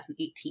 2018